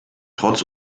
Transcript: trotz